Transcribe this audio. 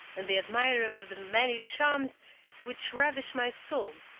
and the admirer of the many charms which ravish my soul,